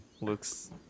looks